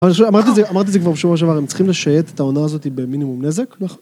אמרתי את זה כבר שבוע שבע הם צריכים לשייט את העונה הזאתי במינימום נזק נכון?